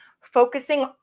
focusing